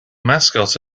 mascot